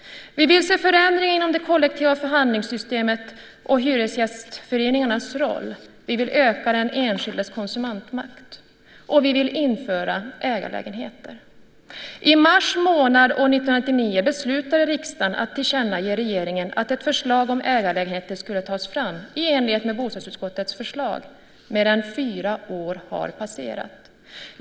Vi vill se förändringar inom det kollektiva förhandlingssystemet och hyresgästföreningarnas roll. Vi vill öka den enskildes konsumentmakt. Vi vill införa ägarlägenheter. I mars månad 1999 beslutade riksdagen att tillkännage till regeringen att ett förslag om ägarlägenheter skulle tas fram i enlighet med bostadsutskottets förslag. Mer än fyra år har passerat.